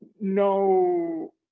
no